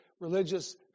religious